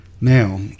Now